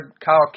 Kyle